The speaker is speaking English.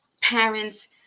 parents